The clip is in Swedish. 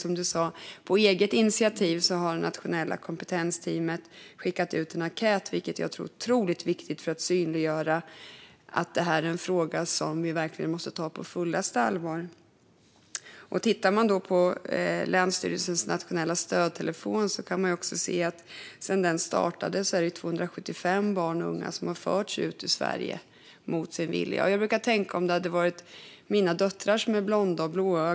Och nu har, som Åsa Lindhagen sa, Nationella kompetensteamet på eget initiativ skickat ut en enkät, vilket jag tror är otroligt viktigt för att synliggöra att detta är en fråga som vi verkligen måste ta på fullaste allvar. Sedan länsstyrelsens nationella stödtelefon startade kan vi se att det är 275 barn och unga som har förts ut ur Sverige mot sin vilja. Jag brukar tänka på mina döttrar, som är blonda och blåögda.